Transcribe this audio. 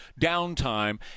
downtime